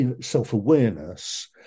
self-awareness